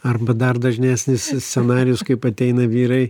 arba dar dažnesnis scenarijus kaip ateina vyrai